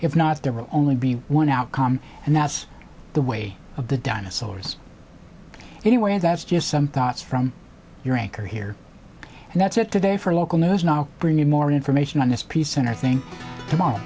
if not there were only be one outcome and that's the way of the dinosaurs anyway that's just some thoughts from your anchor here and that's it today for local news now bring you more information on this piece and i think tom